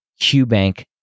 QBank